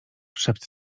szept